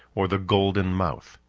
or the golden mouth.